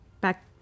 back